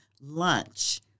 lunch